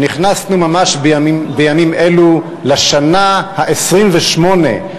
שנכנסנו ממש בימים אלו לשנה ה-28,